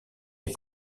est